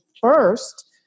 first